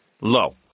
Low